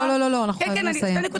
לא, לא, אנחנו חייבים לסיים.